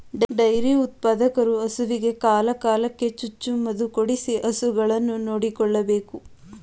dairy ಉತ್ಪಾದಕರು ಹಸುವಿಗೆ ಕಾಲ ಕಾಲಕ್ಕೆ ಚುಚ್ಚು ಮದುಕೊಡಿಸಿ ಹಸುಗಳನ್ನು ನೋಡಿಕೊಳ್ಳಬೇಕು